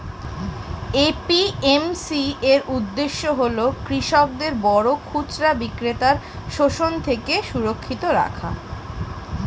APMC এর উদ্দেশ্য হল কৃষকদের বড় খুচরা বিক্রেতার শোষণ থেকে সুরক্ষিত রাখা